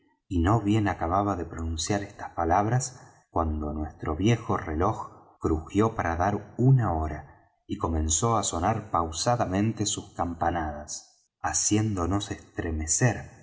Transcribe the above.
y no bien acababa de pronunciar estas palabras cuando nuestro viejo reloj crujió para dar una hora y comenzó á sonar pausadamente sus campanadas haciéndonos extremecer